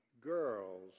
girls